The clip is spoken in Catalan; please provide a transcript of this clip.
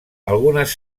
algunes